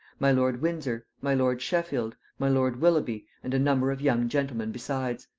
my lord windsor, my lord sheffield, my lord willoughby, and a number of young gentlemen besides.